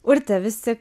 urte vis tik